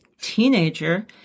teenager